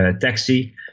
taxi